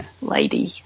lady